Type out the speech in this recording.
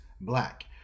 black